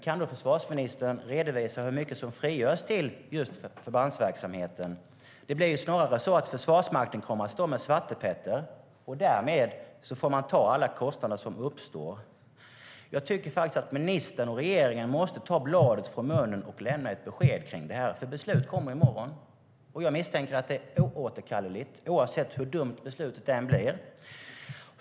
Kan då försvarsministern redovisa hur mycket som frigörs till just förbandsverksamheten? Det blir ju snarare så att Försvarsmakten kommer att stå med svarte petter och därmed får ta alla kostnader som uppstår. Jag tycker faktiskt att ministern och regeringen måste ta bladet från munnen och lämna ett besked om detta, för beslut kommer i morgon, och jag misstänker att beslutet är oåterkalleligt oavsett hur dumt det blir.